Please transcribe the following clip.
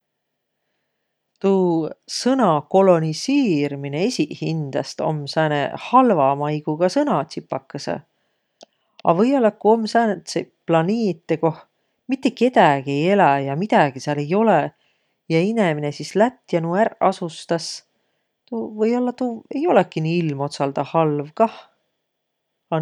Tuu sõna kolonisiirmine esiqhindäst om sääne halva maiguga sõna tsipakõsõ. A või-ollaq, ku om sääntsit planiite, koh mitte kedägi ei eläq ja midägi sääl ei olõq, ja inemine sis lätt ja nuuq ärq asustas, tuu, või-ollaq tuu ei olõki nii ilmotsalda halv kah.